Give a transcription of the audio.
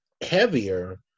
heavier